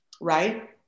right